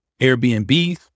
Airbnbs